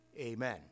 Amen